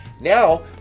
Now